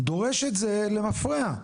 דורש את זה למפרע?